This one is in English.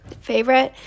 favorite